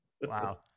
Wow